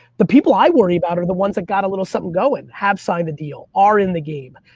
the people i worry about are the ones that got a little something going, have signed a deal, are in the game.